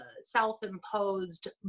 self-imposed